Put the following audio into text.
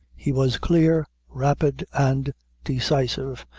he was clear, rapid, and decisive,